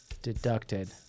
deducted